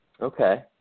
Okay